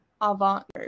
Avant